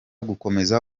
gukomeza